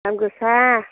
दाम गोसा